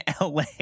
LA